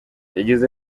yagize